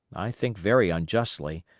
i think very unjustly,